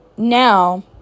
Now